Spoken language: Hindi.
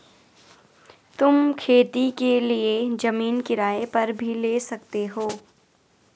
तुम खेती के लिए जमीन किराए पर भी ले सकते हो